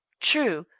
true.